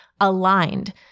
aligned